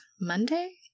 Monday